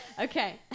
Okay